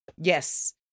yes